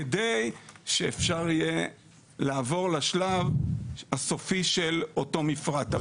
כדי שאפשר יהיה לעבור לשלב הסופי של אותו מפרט.